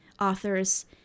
authors